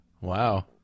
Wow